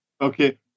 Okay